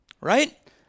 right